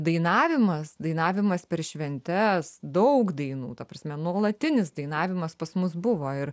dainavimas dainavimas per šventes daug dainų ta prasme nuolatinis dainavimas pas mus buvo ir